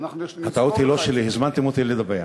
הטעות היא לא שלי, הזמנתם אותי לדבר.